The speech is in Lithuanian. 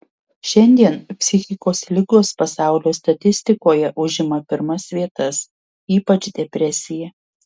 šiandien psichikos ligos pasaulio statistikoje užima pirmas vietas ypač depresija